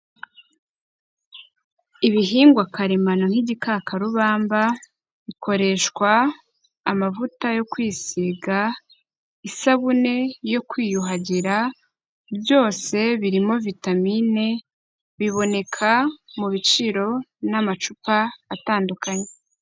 Ibihingwa karemano nk'igikakarubamba, bikoreshwa amavuta yo kwisiga, isabune yo kwiyuhagira, byose birimo vitamine, biboneka mu biciro, n'amacupa, atandukanye.